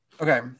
okay